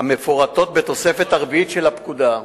המפורטות בתוספת הרביעית של הפקודה.